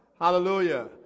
Hallelujah